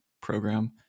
program